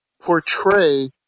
portray